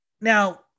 Now